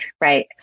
Right